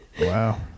Wow